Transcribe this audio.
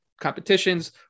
competitions